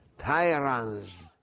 tyrants